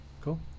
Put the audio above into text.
Cool